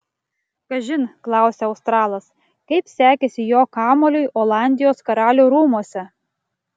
kažin klausia australas kaip sekėsi jo kamuoliui olandijos karalių rūmuose